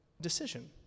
decision